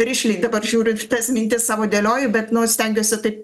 rišliai dabar žiūriu šitas mintis savo dėlioju bet nu stengiuosi tai